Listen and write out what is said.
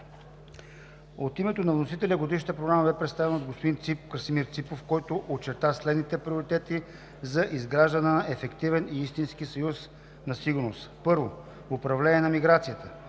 От името на вносителя Годишната програма бе представена от господин Красимир Ципов, който очерта следните приоритети за изграждане на ефективен и истински Съюз на сигурност. Първо, Управление на миграцията.